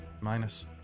minus